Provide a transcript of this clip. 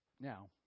Now